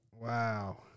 wow